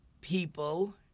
people